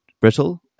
brittle